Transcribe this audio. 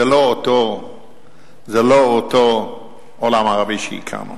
זה לא אותו עולם ערבי שהכרנו.